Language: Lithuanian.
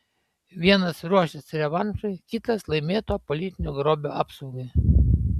vienas ruošis revanšui kitas laimėto politinio grobio apsaugai